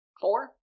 Four